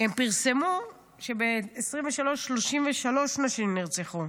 הם פרסמו שב-2023, 33 נשים נרצחו.